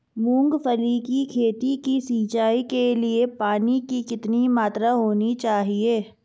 मूंगफली की खेती की सिंचाई के लिए पानी की कितनी मात्रा होनी चाहिए?